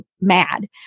mad